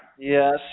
Yes